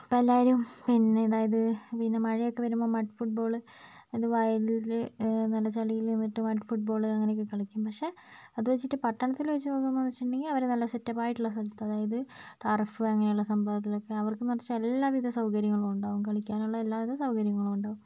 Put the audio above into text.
ഇപ്പം എല്ലാവരും പിന്നെ അതായത് പിന്നെ മഴയൊക്കെ വരുമ്പോൾ മഡ് ഫുട്ബോൾ അത് വയലിൽ നല്ല ചെളിയിൽ നിന്നിട്ട് മഡ് ഫുട്ബോൾ അങ്ങനെയൊക്കെ കളിക്കും പക്ഷേ അത് വെച്ചിട്ട് പട്ടണത്തിൽ വെച്ചു നോക്കുമ്പോൾ എന്ന് വെച്ചിട്ടുണ്ടെങ്കിൽ അവർ നല്ല സെറ്റപ്പ് ആയിട്ടുള്ള സ്ഥലത്ത് അതായത് ടർഫ് അങ്ങനയുള്ള സംഭവത്തിലൊക്കെ അവർക്ക് മറിച്ച് എല്ലാവിധ സൗകര്യങ്ങളും ഉണ്ടാവും കളിക്കാനുള്ള എല്ലാവിധ സൗകര്യങ്ങളും ഉണ്ടാവും